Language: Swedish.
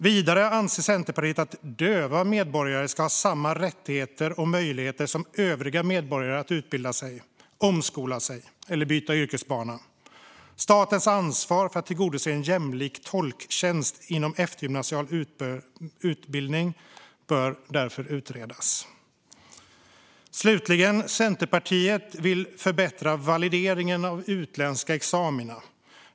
Centerpartiet anser vidare att döva medborgare ska ha samma rättigheter och möjligheter som övriga medborgare att utbilda sig, omskola sig eller byta yrkesbana. Statens ansvar för att tillgodose en jämlik tolktjänst inom eftergymnasial utbildning bör därför utredas. Slutligen vill Centerpartiet förbättra valideringen av utländska examina.